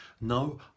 No